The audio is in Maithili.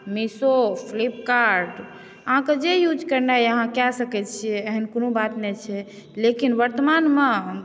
मिशो फ्लिपकार्ट अहाँकए जे यूज करनाइ अहाँ कऽ सकै छियै एहन कोनो बात नहि छै लेकिन वर्तमानमे